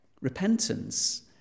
Repentance